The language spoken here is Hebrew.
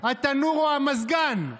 התנור או המזגן,